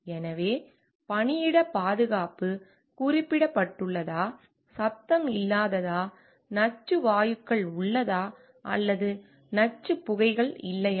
எனவே பணியிட பாதுகாப்பு குறிப்பிடப்பட்டுள்ளதா சத்தம் இல்லாததா நச்சு வாயுக்கள் உள்ளதா அல்லது நச்சுப் புகைகள் இல்லையா